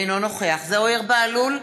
אינו נוכח זוהיר בהלול,